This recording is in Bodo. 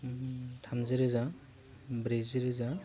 थामजि रोजा ब्रैजि रोजा